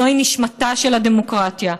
זוהי נשמתה של הדמוקרטיה.